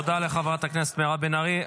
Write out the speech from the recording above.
תודה לחברת הכנסת מירב בן ארי.